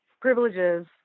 privileges